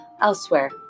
elsewhere